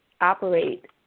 operate